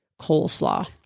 coleslaw